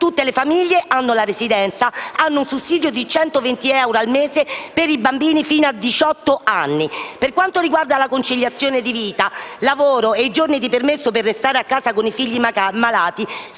Tutte le famiglie che hanno la residenza hanno un sussidio di 120 euro al mese per i bambini fino a diciotto anni. Per quanto riguarda la conciliazione di vita e lavoro, i giorni di permesso per restare a casa con i figli malati